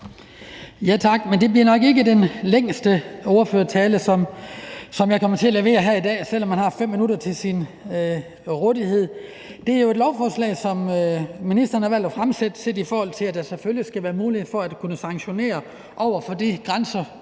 Det bliver nok ikke den længste ordførertale, jeg kommer til at levere her i dag, selv om man har 5 minutter til sin rådighed. Det er jo et lovforslag, som ministeren har valgt at fremsætte, for at der selvfølgelig skal være mulighed for at kunne sanktionere over for de